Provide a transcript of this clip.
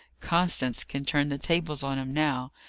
constance can turn the tables on him now.